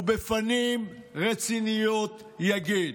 ובפנים רציניות יגיד: